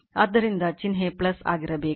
ಆದ್ದರಿಂದ ಚಿಹ್ನೆ ಆಗಿರಬೇಕು